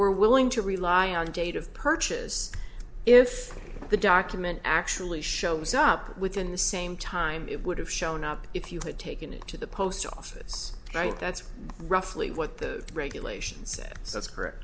we're willing to rely on the date of purchase if the document actually shows up within the same time it would have shown up if you had taken it to the post office right that's roughly what the regulation says that's correct